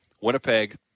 Winnipeg